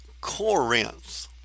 Corinth